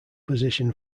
position